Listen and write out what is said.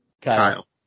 kyle